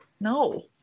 No